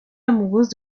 amoureuse